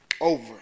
over